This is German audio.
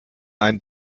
ein